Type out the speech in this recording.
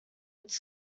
its